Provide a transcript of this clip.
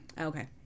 Okay